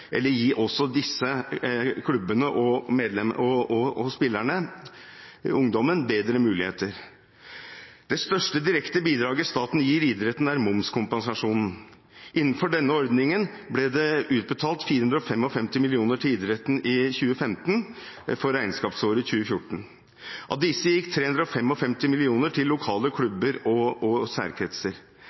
eller gi også disse klubbene og spillerne, ungdommen, bedre muligheter. Det største direkte bidraget staten gir idretten, er momskompensasjonen. Innenfor denne ordningen ble det utbetalt 455 mill. kr til idretten i 2015 for regnskapsåret 2014. Av disse gikk 355 mill. kr til lokale klubber og særkretser.